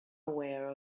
aware